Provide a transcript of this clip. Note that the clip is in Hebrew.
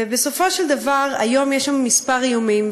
ובסופו של דבר היום יש לנו כמה איומים,